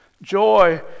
Joy